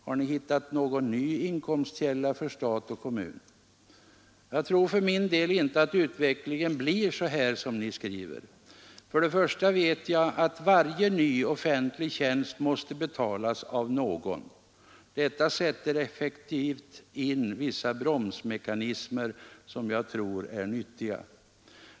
Har ni hittat någon ny inkomstkälla för stat och kommun? Jag tror för min del inte att utvecklingen blir som ni här skriver. För det första vet jag att varje ny offentlig tjänst måste betalas av någon. Detta sätter effektivt in vissa bromsmekanismer som jag tror är nyttiga.